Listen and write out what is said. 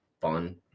fun